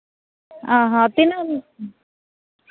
ᱚ ᱦᱚᱸ ᱛᱤᱱᱟᱹᱜ